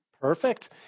Perfect